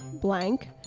Blank